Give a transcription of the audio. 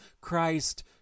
Christ